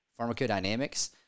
Pharmacodynamics